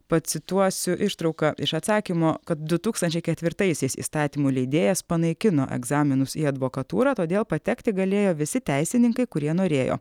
pacituosiu ištrauką iš atsakymo kad du tūkstančiai ketvirtaisiais įstatymų leidėjas panaikino egzaminus į advokatūrą todėl patekti galėjo visi teisininkai kurie norėjo